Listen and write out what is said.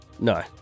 No